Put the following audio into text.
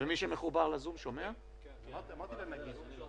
לו: בואו תציבו בפנינו אתגרים מיוחדים שיש אצלכם.